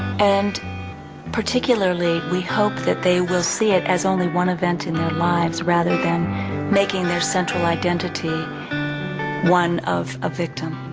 and particularly we hope that they will see it as only one event in their lives rather than making their central identity one of a victim.